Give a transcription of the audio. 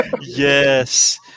yes